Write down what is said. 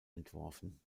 entworfen